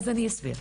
אז אני אסביר,